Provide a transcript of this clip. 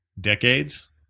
decades